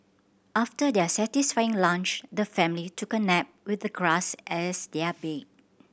after their satisfying lunch the family took a nap with the grass as their bed